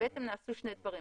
ואז נעשו שני דברים.